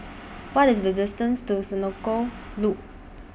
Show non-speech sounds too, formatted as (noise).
(noise) What IS The distance to Senoko Loop